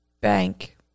bank